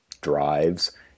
drives